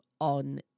on